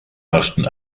herrschten